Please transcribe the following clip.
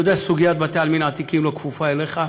אני יודע שסוגיית בתי-עלמין עתיקים לא כפופה לך,